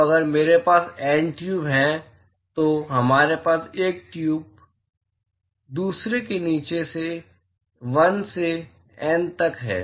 तो अगर मेरे पास एन ट्यूब है तो हमारे पास एक ट्यूब दूसरे के नीचे 1 से N तक है